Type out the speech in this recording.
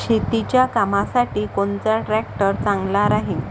शेतीच्या कामासाठी कोनचा ट्रॅक्टर चांगला राहीन?